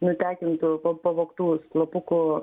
nutekintų pavogtų slapukų